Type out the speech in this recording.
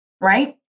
right